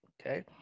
okay